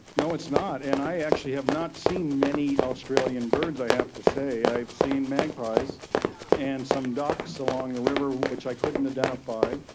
no, it's not, and i actually have not seen many australian birds, i have to say. i have seen magpies and some ducks along the river which i couldn't identify,